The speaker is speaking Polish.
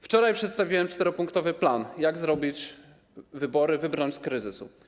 Wczoraj przedstawiłem czteropunktowy plan, jak zrobić wybory, wybrnąć z kryzysu.